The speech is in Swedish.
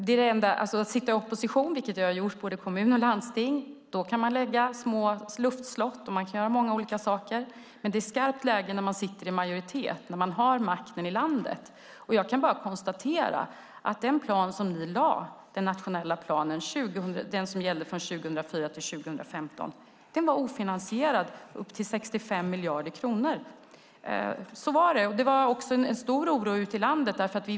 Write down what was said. När man sitter i opposition, vilket jag har gjort i både kommun och landsting, kan man bygga små luftslott och göra många olika saker, men det är skarpt läge när man sitter i majoritet, när man har makten i landet. Jag kan bara konstatera att den plan som ni lade fram, som gällde från 2004 till 2015, var ofinansierad upp till 65 miljarder kronor. Så var det. Det var också en stor oro ute i landet.